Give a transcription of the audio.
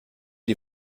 die